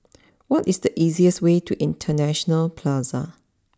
what is the easiest way to International Plaza